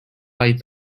ball